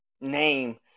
name